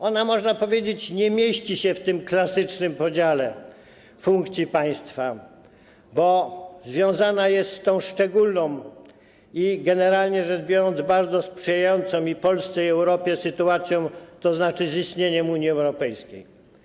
Ona, można powiedzieć, nie mieści się w tym klasycznym podziale funkcji państwa, bo związana jest z tą szczególną i generalnie rzecz biorąc bardzo sprzyjającą i Polsce, i Europie sytuacją, to znaczy z istnieniem Unii Europejskiej.